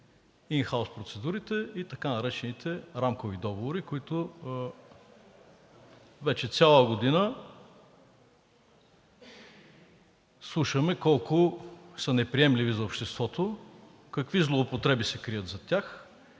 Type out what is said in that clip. ин хаус процедурите и така наречените рамкови договори, които вече цяла година слушаме колко са неприемливи за обществото, какви злоупотреби се крият зад тях